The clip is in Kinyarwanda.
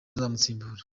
uzamusimbura